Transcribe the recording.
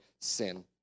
sin